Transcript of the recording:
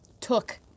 took